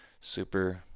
super